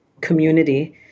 community